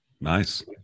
Nice